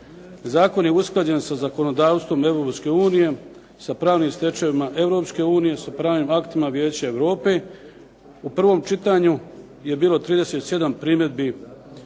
Zakon je usklađen sa zakonodavstvom Europske unije, sa pravnim stečevinama Europske unije, sa pravnim aktima Vijeća Europe. U prvom čitanju je bilo 37 primjedbi